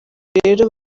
rero